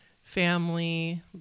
family